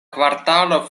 kvartalo